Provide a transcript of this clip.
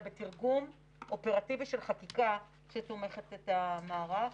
בתרגום אופרטיבי של חקיקה שתומכת במערך.